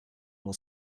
will